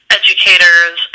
educators